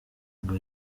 ngo